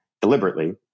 deliberately